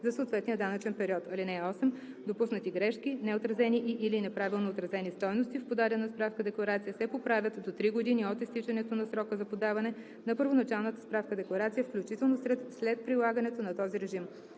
за съответния данъчен период. (8) Допуснати грешки (неотразени и/или неправилно отразени стойности) в подадена справка-декларация се поправят до три години от изтичането на срока за подаване на първоначалната справка-декларация, включително след прилагането на този режим.